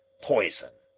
poison.